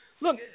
Look